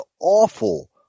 awful